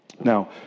Now